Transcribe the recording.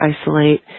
isolate